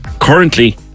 Currently